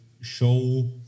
show